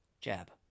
jab